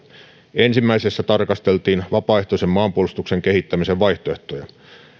ensimmäisessä tarkasteltiin vapaaehtoisen maanpuolustuksen kehittämisen vaihtoehtoja